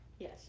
Yes